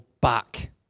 back